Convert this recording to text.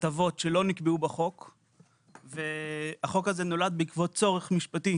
הטבות שלא נקבעו בחוק - בעקבות צורך משפטי